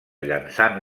llançant